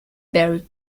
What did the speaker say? barry